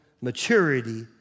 Maturity